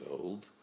old